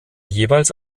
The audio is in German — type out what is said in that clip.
jeweils